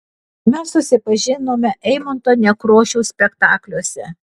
mes susipažinome eimunto nekrošiaus spektakliuose